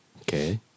Okay